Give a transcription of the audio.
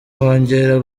kongera